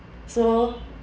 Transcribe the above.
so